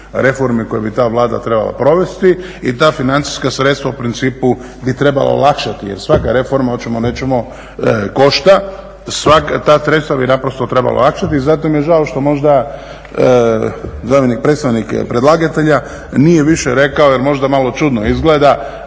reformi koje bi ta Vlada trebala provesti i ta financijska sredstva u principu bi trebala olakšati jer svaka reforma, hoćemo, nećemo, košta, ta sredstva bi naprosto trebalo olakšati zato mi je žao što možda zamjenik predstavnika predlagatelja nije više rekao jer možda malo čudno izgleda